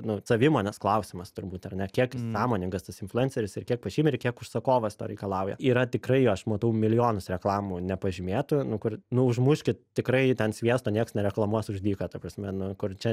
nu savimonės klausimas turbūt ar ne kiek sąmoningas tas influenceris ir kiek pažymi kiek užsakovas to reikalauja yra tikrai aš matau milijonus reklamų nepažymėtų nu kur nu užmuškit tikrai ten sviesto nieks nereklamuos už dyką ta prasme na kur čia